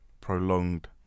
prolonged